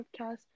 podcast